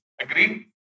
Agree